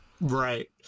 Right